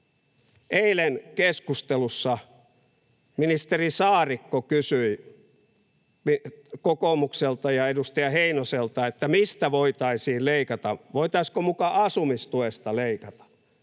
Eilen keskustelussa ministeri Saarikko kysyi kokoomukselta ja edustaja Heinoselta, mistä voitaisiin leikata, voitaisiinko muka asumistuesta leikata.